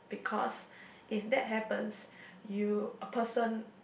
because if that happens you a person